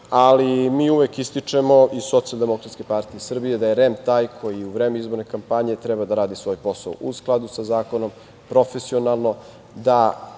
ali mi uvek ističemo iz Socijaldemokratske partije Srbije da je REM taj koji u vreme izborne kampanje treba da radi svoj posao u skladu sa zakonom, profesionalno,